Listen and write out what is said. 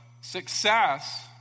success